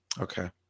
Okay